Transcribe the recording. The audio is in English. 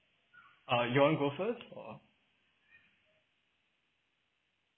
uh you want to go first oh